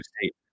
State